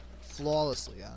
flawlessly